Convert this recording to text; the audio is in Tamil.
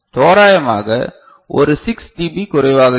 தோராயமாக ஒரு 6 dB குறைவாக இருக்கும்